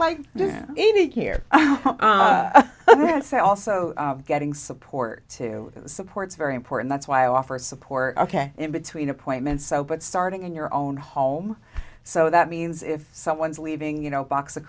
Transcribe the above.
hear that also getting support to support is very important that's why i offer support ok in between appointments so but starting in your own home so that means if someone's leaving you know box